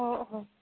অঁ অঁ